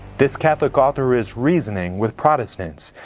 this catholic author is reasoning with protestants.